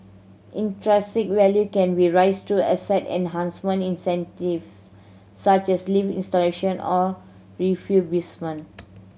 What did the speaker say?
intrinsic value can be raised through asset enhancement initiative such as lift installation or refurbishment